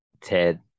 Ted